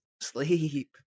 sleep